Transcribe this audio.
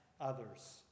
others